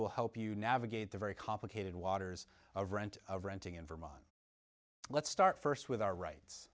will help you navigate the very complicated waters of rent of renting in vermont let's start first with our rights